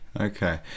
Okay